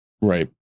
Right